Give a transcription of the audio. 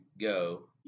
go